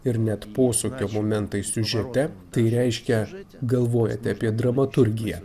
ir net posūkio momentais siužete tai reiškia galvojate apie dramaturgiją